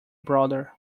brother